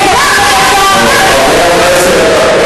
חברים, אנחנו צריכים לקרוא למציאות בשמה.